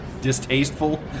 distasteful